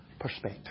perspective